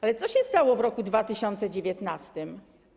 Ale co się stało w roku 2019?